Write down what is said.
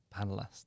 panelists